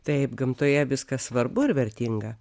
taip gamtoje viskas svarbu ir vertinga